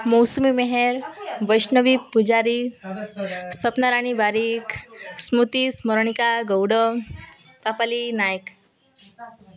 Mousumi Meher Baishnabi Pujari Sapnarani Barik Smruti Smaranika Gaud Papali Nayak